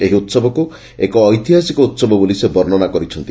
ଏହି ଉତ୍ସବକୁ ଏକ ଐତିହାସିକ ଉତ୍ସବ ବୋଲି ସେ ବର୍ଷ୍ଣନା କରିଛନ୍ତି